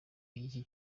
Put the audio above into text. y’iki